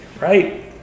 right